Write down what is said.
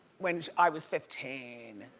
when i was fifteen.